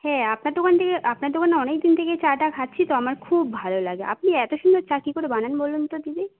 হ্যাঁ আপনার দোকান থেকে আপনার দোকানে অনেকদিন থেকেই চাটা খাচ্ছি তো আমার খুব ভালো লাগে আপনি এত সুন্দর চা কী করে বানান বলুন তো দিদি